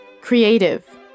Creative